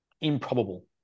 improbable